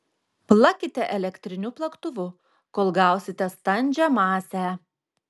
plakite elektriniu plaktuvu kol gausite standžią masę